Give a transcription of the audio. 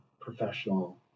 professional